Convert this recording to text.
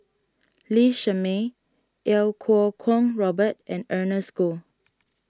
Lee Shermay Iau Kuo Kwong Robert and Ernest Goh